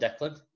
Declan